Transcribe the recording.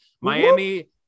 Miami